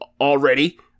already